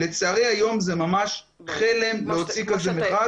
לצערי היום זה ממש חלם להוציא כזה מכרז